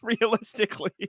realistically